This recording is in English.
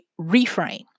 reframe